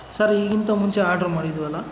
sir ಈಗಿಂತ ಮುಂಚೆ order ಮಾಡಿದ್ವಲ್ಲಾ